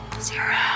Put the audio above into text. Zero